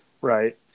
right